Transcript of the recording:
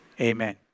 Amen